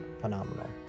phenomenal